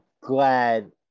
glad